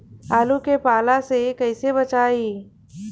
आलु के पाला से कईसे बचाईब?